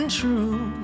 true